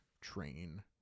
train